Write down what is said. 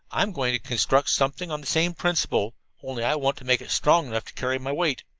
i'm going to construct something on the same principle, only i want to make it strong enough to carry my weight.